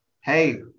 Hey